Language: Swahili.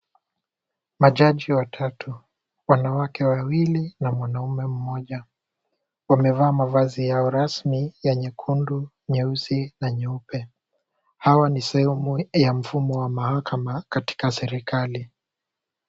Majaji watatu, wanawake wawili na mwanamume mmoja. Wamevaa mavazi yao rasmi ya nyekundu nyeusi na nyeupe. Hawa ni sehemu ya mfumo wa mahakama katika serikali.